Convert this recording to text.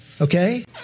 Okay